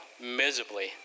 miserably